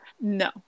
No